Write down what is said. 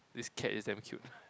this cat is damn cute